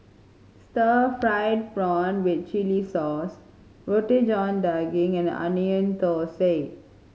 stir fried prawn with chili sauce Roti John Daging and Onion Thosai